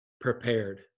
prepared